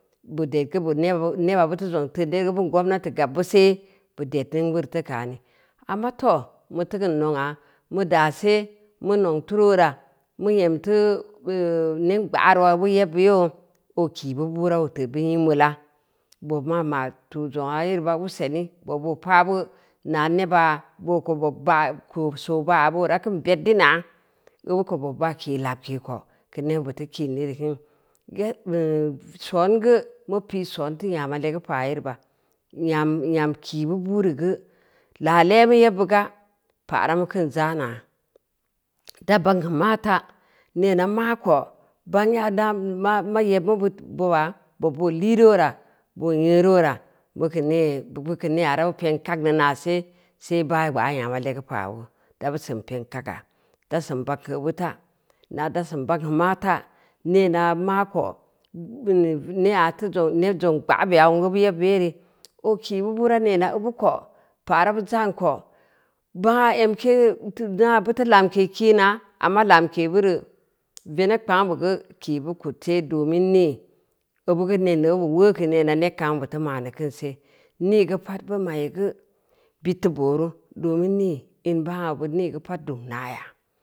Bu ded geu neba buteu zong teud yee geu beun gomnati gabbu see, bud ed ningn bure teu kaani, amma too, buteu keun nongna mu daa see, mu nong turu weura, mu nyem teu hmm neng gbaaro bu yebbu yoo, oo kii bu buura, oo teud bun gem uuula, bob maa ma’ tu’ zongna yere ba useni, bob oo paabu naa neba boo ko bob ba so oba maa reu keun bed dina, obu ko bob baa kii lamke ko, keu nebbid teu kin yere kin, soon geu, pi’ son teu nyama legu paa yere ba, nyam kii bu buureu geu, laa le’ mu yebbu ga, pa’ ramu kin za’na, da bagn geu maata, neena maaka bangya da ma yeb mu bid boba, bob boo lii reu weura, boo nyeu reu weura, bu keu nea ra bu peng ka’n neu naase, see baagbaa nyan legu paau, da b usen peng ka ga, da sen bagn geu obu ta, na’ da sen bagn geu maata, neenu maako hmm nengna ned zongn gbaabeya beya obu yebbu yere, oo ki u buura neena obu ko pa’ rabu za’n ko bangna emke, bangna butu lamke kiina, amma lamke, bangna butu lamke kiina, amma lamke bure veneb kpangnu bee gu ki bu kud see domin nii obu geu neen obu be weu’ neeno neb kaam buteu ma’n neu kin se, nii geu pad bum ai geu bid teu booru domin nii in beuneu be nii geu pad dum naya.